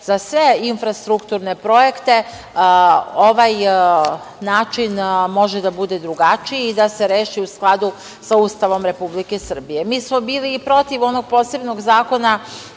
za sve infrastrukturne projekte, ovaj način može da bude drugačiji i da se reši u skladu sa Ustavom Republike Srbije. Mi smo bili i protiv onog posebnog zakona,